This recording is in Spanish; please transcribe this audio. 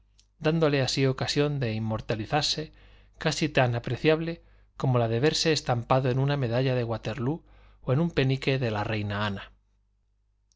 dándole así ocasión de inmortalizarse casi tan apreciable como la de verse estampado en una medalla de wáterloo o en un penique de la reina ana rip